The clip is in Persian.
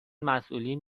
مسئولین